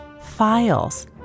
files